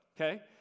Okay